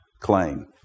claim